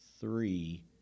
three